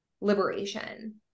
liberation